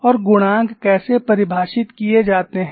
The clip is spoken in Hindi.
और गुणांक कैसे परिभाषित किए जाते हैं